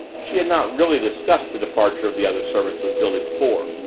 she had not really discussed the departure of the other servants with billy before.